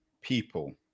people